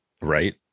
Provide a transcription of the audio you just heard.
right